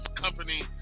company